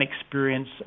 experience